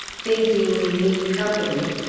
thinking we need company,